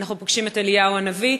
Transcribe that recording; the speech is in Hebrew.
אנחנו פוגשים את אליהו הנביא.